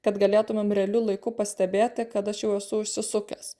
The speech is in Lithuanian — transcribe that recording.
kad galėtumėm realiu laiku pastebėti kad aš jau esu užsisukęs